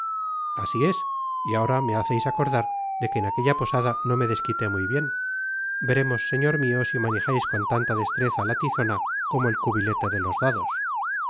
asi es y ahora me haceis acordar de que en aquella posada no me desquité muy bien veremos señor mio si manejais con tanta destreza la tizona como el cubilete de los dados